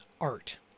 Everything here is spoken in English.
art